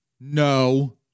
No